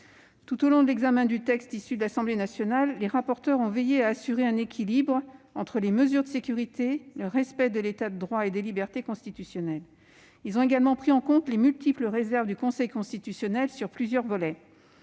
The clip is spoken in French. Tout au long de l'examen du texte issu de l'Assemblée nationale, les rapporteurs ont veillé à assurer un équilibre entre les mesures de sécurité et le respect de l'État de droit et des libertés constitutionnelles. Ils ont également pris en compte les multiples réserves du Conseil constitutionnel sur plusieurs volets.